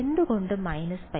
എന്തുകൊണ്ട് π